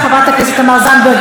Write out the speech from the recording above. חברת הכנסת תמר זנדברג,